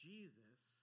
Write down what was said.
Jesus